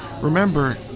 remember